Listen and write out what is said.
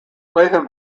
latham